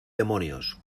demonios